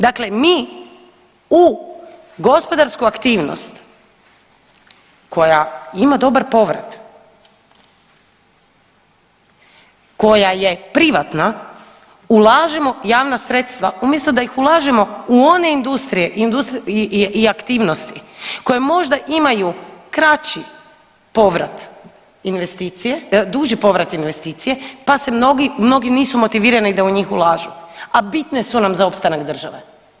Dakle, mi u gospodarsku aktivnost koja ima dobar povrat, koja je privatna ulažemo javna sredstva umjesto da ih ulažemo u one industrije i aktivnosti koje možda imaju kraći povrat investicije, duži povrat investicije pa se mnogi, mnogi nisu motivirani da u njih ulažu, a bitne su nam za opstanak države.